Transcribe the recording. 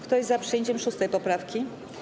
Kto jest za przyjęciem 6. poprawki?